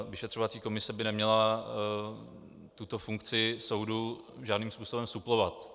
Vyšetřovací komise by neměla tuto funkci soudu žádným způsobem suplovat.